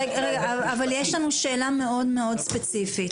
אבל יש לנו שאלה מאוד מאוד ספציפית.